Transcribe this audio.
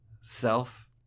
self